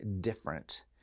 different